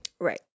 Right